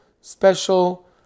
special